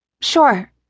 Sure